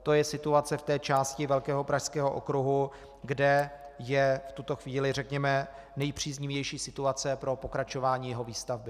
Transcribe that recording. To je situace v té části velkého Pražského okruhu, kde je v tuto chvíli, řekněme, nejpříznivější situace pro pokračování jeho výstavby.